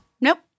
Nope